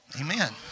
amen